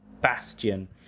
bastion